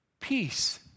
peace